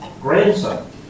grandson